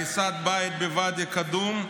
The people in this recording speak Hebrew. הריסת בית בוואדי קדום,